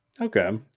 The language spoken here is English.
Okay